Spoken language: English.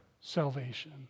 salvation